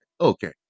okay